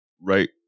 right